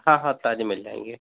हाँ हाँ ताजे मिल जायेंगे